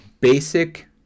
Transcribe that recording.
basic